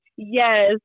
Yes